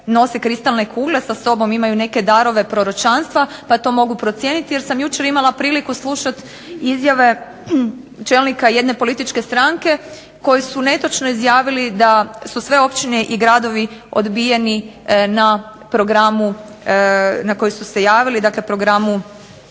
kristalne kugle sa sobom, imaju neke darove proročanstva pa to mogu procijeniti. Jer sam jučer imala priliku slušati izjave čelnika jedne političke stranke koji su netočno izjavili da su sve općine i gradovi odbijeni na programu na koji su se javili. Dakle, programu